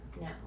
No